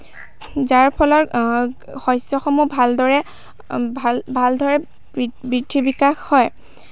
যাৰ ফলত শস্যসমূহ ভালদৰে ভালদৰে বৃদ্ধি বৃদ্ধি বিকাশ হয়